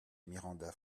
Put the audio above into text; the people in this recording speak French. miranda